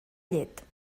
llet